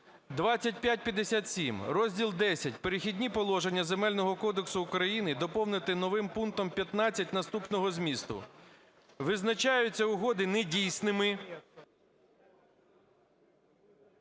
2557. Розділ Х" Перехідні положення" Земельного кодексу України доповнити новим пунктом 15 наступного змісту: "Визначаються угоди недійсними…"